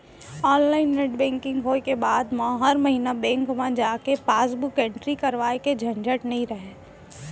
online net banking होय के बाद म हर महिना बेंक म जाके पासबुक एंटरी करवाए के झंझट नइ रहय